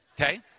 Okay